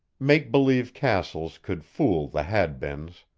make-believe castles could fool the hadbeens,